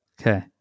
Okay